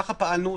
ככה פעלנו.